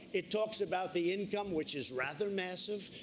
it talks about the income, which is rather massive,